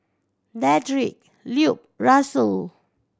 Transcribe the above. Dedrick Lupe Russell